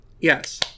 Yes